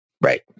Right